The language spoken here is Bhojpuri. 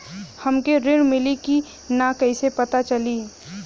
हमके ऋण मिली कि ना कैसे पता चली?